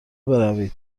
بروید